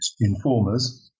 informers